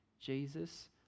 Jesus